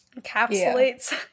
Encapsulates